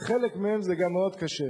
לחלק מהם זה גם מאוד קשה,